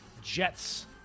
Jets